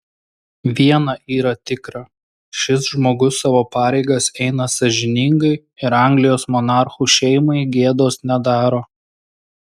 viena yra tikra šis žmogus savo pareigas eina sąžiningai ir anglijos monarchų šeimai gėdos nedaro